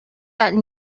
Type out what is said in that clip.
gotten